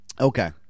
Okay